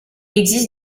existe